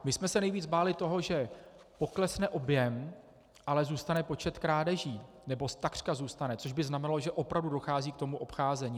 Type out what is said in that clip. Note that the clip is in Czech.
My jsme se nejvíc báli toho, že poklesne objem, ale zůstane počet krádeží, nebo takřka zůstane, což by znamenalo, že opravdu dochází k tomu obcházení.